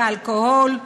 באלכוהול,